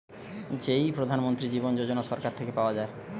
যেই প্রধান মন্ত্রী জীবন যোজনা সরকার থেকে পাওয়া যায়